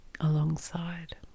alongside